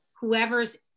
whoever's